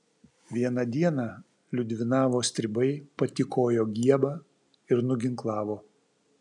vieną dieną liudvinavo stribai patykojo giebą ir nuginklavo